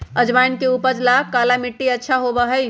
अजवाइन के उपज ला काला मट्टी अच्छा होबा हई